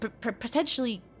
potentially